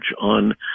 on